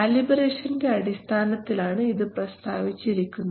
കാലിബ്രേഷന്റെ അടിസ്ഥാനത്തിലാണ് ഇത് പ്രസ്താവിച്ചിരിക്കുന്നത്